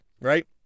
right